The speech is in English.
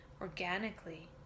organically